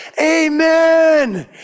Amen